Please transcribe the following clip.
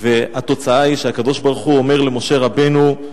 והתוצאה היא שהקדוש-ברוך-הוא אומר למשה רבנו,